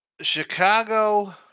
Chicago